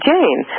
Jane